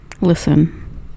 listen